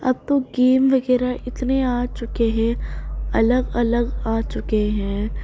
اب تو گیم وغیرہ اتنے آ چکے ہیں الگ الگ آ چکے ہیں